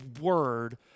word